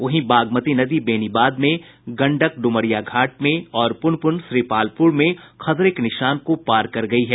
वहीं बागमती नदी बेनीबाद में गंडक ड्मरिया घाट में और पुनपुन श्रीपालपुर में खतरे के निशान को पार कर गयी है